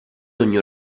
ogni